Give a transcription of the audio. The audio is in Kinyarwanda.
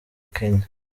kenya